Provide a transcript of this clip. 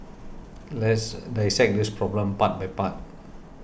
let's dissect this problem part by part